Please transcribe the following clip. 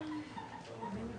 הישיבה ננעלה בשעה 11:40.